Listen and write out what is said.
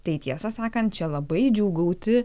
tai tiesą sakant čia labai džiūgauti